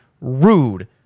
rude